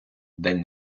день